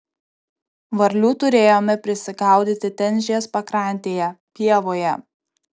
varlių turėjome prisigaudyti tenžės pakrantėje pievoje